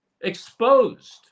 exposed